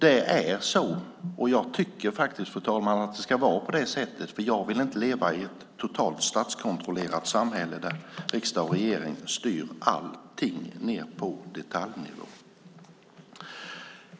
Det är så, och jag tycker att det ska vara på det sättet, för jag vill inte leva i ett totalt statskontrollerat samhälle där riksdag och regering styr allting ned på detaljnivå.